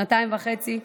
שנתיים וחצי,